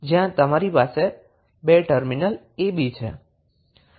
જ્યાં તમારી પાસે અત્યારે 2 ટર્મિનલ ab છે